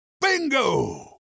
Bingo